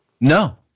No